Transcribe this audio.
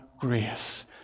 grace